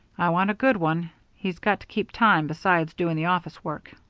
i want a good one he's got to keep time besides doing the office work.